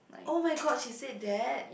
oh-my-god she said that